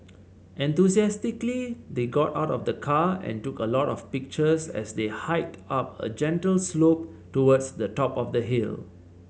enthusiastically they got out of the car and took a lot of pictures as they hiked up a gentle slope towards the top of the hill